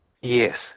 Yes